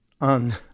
on